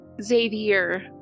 Xavier